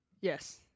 Yes